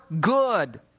good